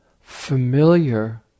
familiar